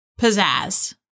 Pizzazz